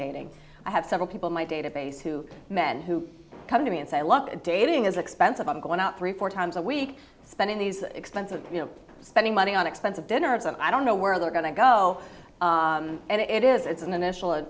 dating i have several people my database two men who come to me and say look dating is expensive i'm going out three four times a week spending these expensive spending money on expensive dinners that i don't know where they're going to go and it is it's an initial